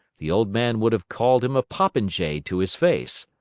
the old man would have called him a popinjay to his face.